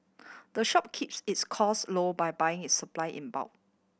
the shop keeps its cost low by buying its supply in bulk